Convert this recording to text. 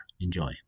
Enjoy